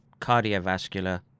cardiovascular